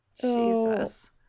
Jesus